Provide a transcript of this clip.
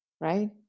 right